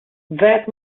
that